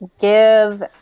give